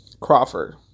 Crawford